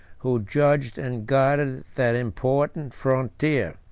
who judged and guarded that important frontier.